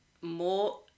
more